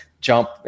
jump